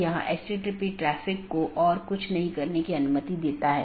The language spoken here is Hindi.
यह ओपन अपडेट अधिसूचना और जीवित इत्यादि हैं